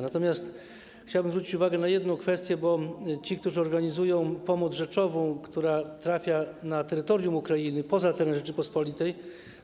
Natomiast chciałbym zwrócić uwagę na jedną kwestię, bo ci, którzy organizują pomoc rzeczową, która trafia na terytorium Ukrainy, poza teren Rzeczypospolitej,